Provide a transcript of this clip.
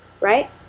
right